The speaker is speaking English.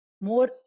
more